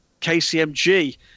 KCMG